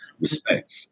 respect